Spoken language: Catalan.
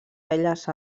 belles